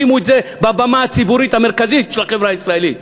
שימו את זה בבמה הציבורית המרכזית של החברה הישראלית,